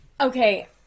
Okay